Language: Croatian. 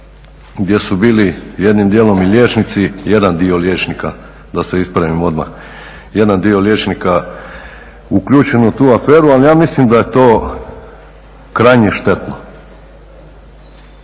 gdje su bili jednim dijelom i liječnici, jedan dio liječnika da se ispravim odmah, jedan dio liječnika uključen u tu aferu. Ali ja mislim da je to krajnje štetno.